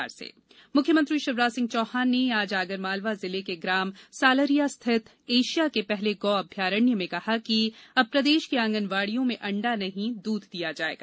गौ अभ्यारण्य मुख्यमंत्री शिवराजसिंह चौहान ने आज आगरमालवा जिले के ग्राम सालरिया स्थित एशिया के पहले गौ अभ्यारण्य में कहा कि अब प्रदेश की आंगनवाड़ियों में अंडा नही दूध दिया जाएगा